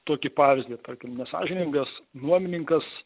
tokį pavyzdį tarkim nesąžiningas nuomininkas